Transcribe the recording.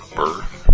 birth